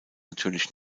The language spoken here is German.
natürlich